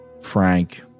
Frank